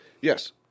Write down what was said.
Yes